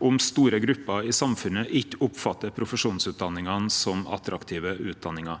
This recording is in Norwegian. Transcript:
om store grupper i samfunnet ikkje oppfattar profesjonsutdanningane som attraktive utdanningar.